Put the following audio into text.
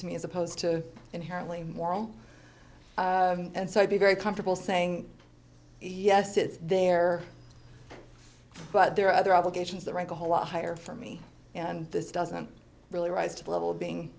to me as opposed to inherently moral and so i'd be very comfortable saying yes it's there but there are other obligations that rank a whole lot higher for me and this doesn't really rise to the level of being